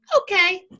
okay